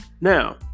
Now